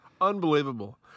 unbelievable